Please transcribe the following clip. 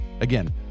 Again